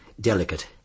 delicate